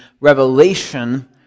revelation